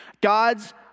God's